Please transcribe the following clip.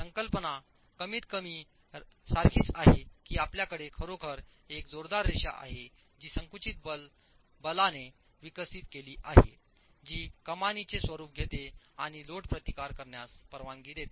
संकल्पना कमीतकमी सारखीच आहे की आपल्याकडे खरोखर एक जोरदार रेषा आहे जी संकुचित बल बलाने विकसित केली आहे जी कमानीचे स्वरूप घेते आणि लोड प्रतिकार करण्यास परवानगी देते